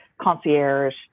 concierge